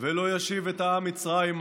ולא ישיב את העם מצרימה